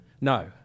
No